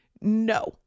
No